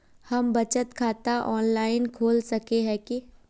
हम बचत खाता ऑनलाइन खोल सके है की?